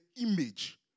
image